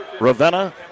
Ravenna